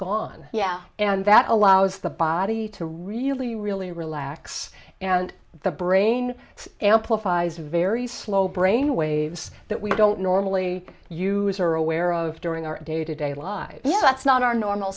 gone yeah and that allows the body to really really relax and the brain amplifies very slow brain waves that we don't normally use are aware of during our day to day lives yet that's not our normal